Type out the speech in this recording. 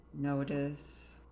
Notice